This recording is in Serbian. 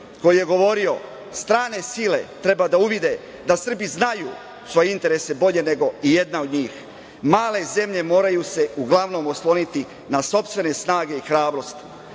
koji je govorio - Strane sile treba da uvide da Srbi znaju svoje interese bolje nego ijedna od njih. Male zemlje moraju se uglavnom osloniti na sopstvene snage i hrabrost,